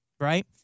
Right